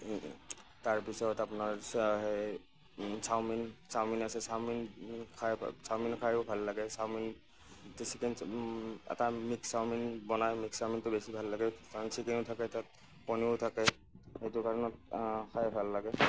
তাৰ পিছত আপোনাৰ চাওমিন চাওমিন আছে চাওমিন খাই চাওমিন খাইও ভাল লাগে চাওমিন চিকেন এটা মিক্স চাওমিন বনাই মিক্স চাওমিনটো বেছি ভাল লাগে কাৰণ চিকেন থাকে তাত কণীও থাকে সেইটো কাৰণে খাই ভাল লাগে